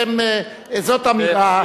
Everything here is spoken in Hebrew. זאת אמירה,